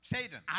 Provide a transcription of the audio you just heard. Satan